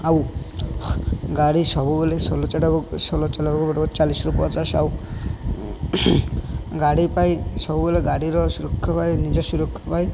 ଆଉ ଗାଡ଼ି ସବୁବେଳେ ସ୍ଲୋ ସ୍ଲୋ ଚଲାଇବାକୁ ପଡ଼ିବ ଚାଳିଶରୁ ପଚାଶ ଆଉ ଗାଡ଼ି ପାଇଁ ସବୁବେଳେ ଗାଡ଼ିର ସୁରକ୍ଷା ପାଇଁ ନିଜ ସୁରକ୍ଷା ପାଇଁ